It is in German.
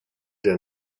der